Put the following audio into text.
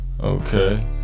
Okay